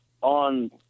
on